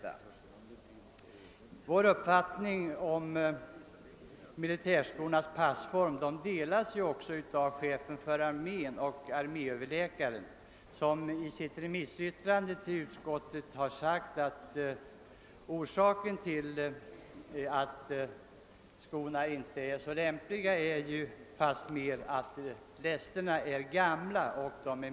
i Vår uppfattning om militärskornas passform delas också av chefen för-armén och av arméöverläkaren, vilken i sitt remissyttrande till utskottet anfört att orsaken till att skorna inte är lanipliga är att lästerna är gamla.